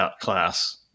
class